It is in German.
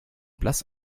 blass